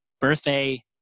birthday